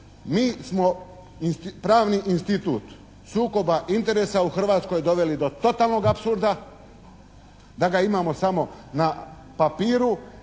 Mi smo pravni institut sukoba interesa u Hrvatskoj doveli do totalnog apsurda, da ga imamo samo na papiru.